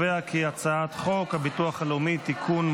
הצעת חוק הביטוח הלאומי (תיקון,